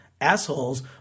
assholes